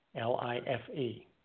L-I-F-E